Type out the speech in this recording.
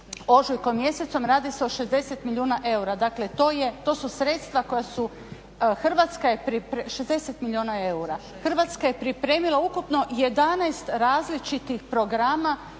ožujkom mjesecom, radi se o 60 milijuna eura. Dakle to su sredstva koja su Hrvatska je pripremila ukupno 11 različitih programa